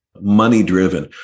money-driven